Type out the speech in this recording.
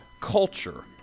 culture